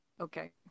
Okay